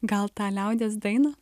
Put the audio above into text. gal tą liaudies dainą